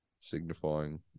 signifying